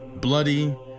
bloody